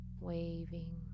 Waving